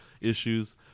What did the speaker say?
issues